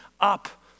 up